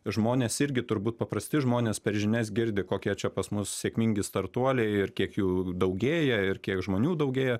žmonės irgi turbūt paprasti žmonės per žinias girdi kokie čia pas mus sėkmingi startuoliai ir kiek jų daugėja ir kiek žmonių daugėja